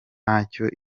nyacyo